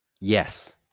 Yes